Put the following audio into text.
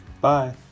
Bye